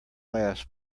last